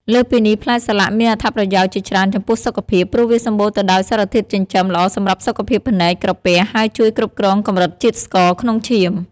លើសពីនេះ ផ្លែសាឡាក់មានអត្ថប្រយោជន៍ជាច្រើនចំពោះសុខភាព ព្រោះវាសម្បូរទៅដោយសារធាតុចិញ្ចឹម ល្អសម្រាប់សុខភាពភ្នែក ក្រពះ ហើយជួយគ្រប់គ្រងកម្រិតជាតិស្ករ ក្នុងឈាម។